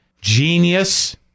genius